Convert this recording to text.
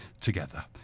together